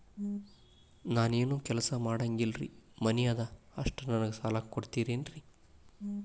ನಾನು ಏನು ಕೆಲಸ ಮಾಡಂಗಿಲ್ರಿ ಮನಿ ಅದ ಅಷ್ಟ ನನಗೆ ಸಾಲ ಕೊಡ್ತಿರೇನ್ರಿ?